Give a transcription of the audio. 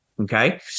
okay